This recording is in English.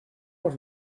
off